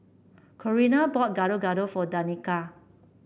Corrina bought Gado Gado for Danika